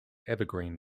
evergreen